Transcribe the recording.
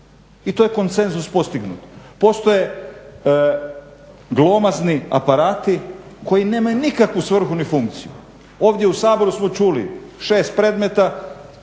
I to je konsenzus postignut. Postoje glomazni aparati koji nemaju nikakvu svrhu ni funkciju. Ovdje u Saboru smo čuli 6 predmeta,